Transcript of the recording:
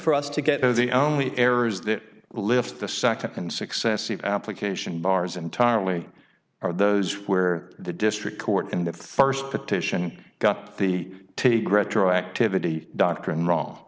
for us to get those the only errors that lift the second successive application bars entirely are those where the district court in that first petition got the take retroactivity doctrine wrong